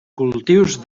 cultius